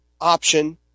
option